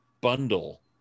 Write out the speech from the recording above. bundle